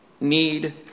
Need